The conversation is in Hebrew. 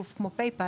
גוף כמו "פייפאל",